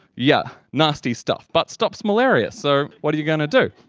yeah, nasty stuff. but stops malaria, so what are you going to do?